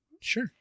Sure